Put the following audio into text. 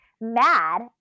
mad